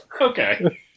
Okay